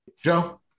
Joe